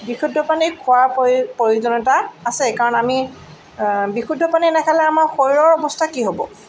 বিশুদ্ধ পানী খোৱা প প্ৰয়োজনীয়তা আছে কাৰণ আমি বিশুদ্ধ পানী নাখালে আমাৰ শৰীৰৰ অৱস্থা কি হ'ব